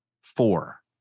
four